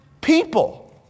people